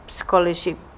scholarship